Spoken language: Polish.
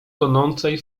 tonącej